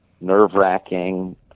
nerve-wracking